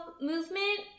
movement